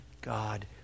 God